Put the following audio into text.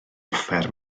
offer